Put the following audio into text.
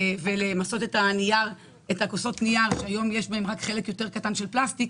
ולמסות את כוסות הנייר שיש בהן רק חלק קטן של פלסטיק,